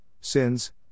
sins